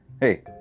hey